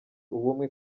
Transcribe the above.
ubumwe